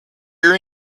your